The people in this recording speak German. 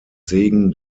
segen